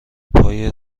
پای